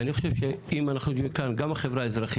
ואני חושב שאם אנחנו גם החברה האזרחית,